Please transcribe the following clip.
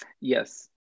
Yes